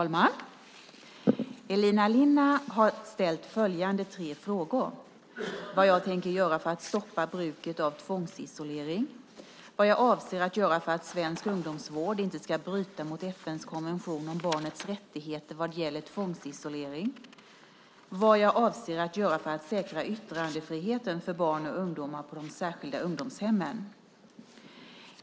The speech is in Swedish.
Fru talman! Elina Linna har ställt följande tre frågor. 1. Vad jag tänker göra för att stoppa bruket av tvångsisolering. 2. Vad jag avser att göra för att svensk ungdomsvård inte ska bryta mot FN:s konvention om barnets rättigheter vad gäller tvångsisolering. 3. Vad jag avser att göra för att säkra yttrandefriheten för barn och ungdomar på de särskilda ungdomshemmen.